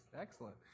excellent